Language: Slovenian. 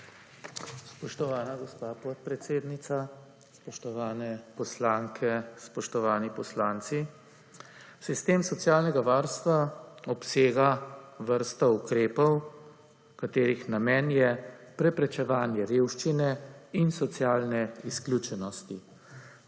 Spoštovana gospa podpredsednica, spoštovane poslanke, spoštovani poslanci! Sistem socialnega varstva obsega vrsto ukrepov, katerih namen je preprečevanje revščine in socialne izključenosti.